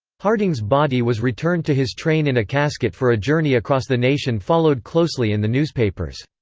harding's body was returned to his train in a casket for a journey across the nation followed closely in the newspapers.